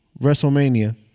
WrestleMania